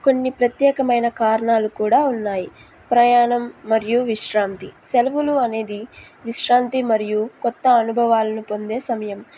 కొన్ని ప్రత్యేకమైన కారణాలు కూడా ఉన్నాయి ప్రయాణం మరియు విశ్రాంతి సెలవులు అనేది విశ్రాంతి మరియు కొత్త అనుభవాలను పొందే సమయం